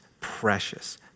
precious